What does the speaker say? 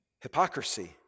hypocrisy